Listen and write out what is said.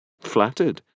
Flattered